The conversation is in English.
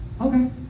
Okay